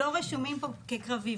לא רשומים פה כקרבי.